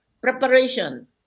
Preparation